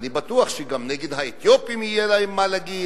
אני בטוח שגם נגד האתיופים יהיה להם מה להגיד,